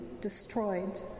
destroyed